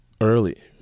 early